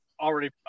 already